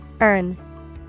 Earn